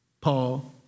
Paul